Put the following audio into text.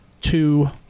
two